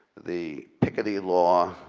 the picca-dee law,